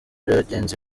bagenzi